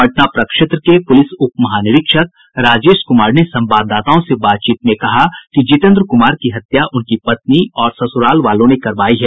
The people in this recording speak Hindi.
पटना प्रक्षेत्र के पूलिस उप महानिरीक्षक राजेश कूमार ने संवाददाताओं से बातचीत में कहा कि जितेन्द्र कुमार की हत्या उनकी पत्नी और सस्रालवालों ने करवायी है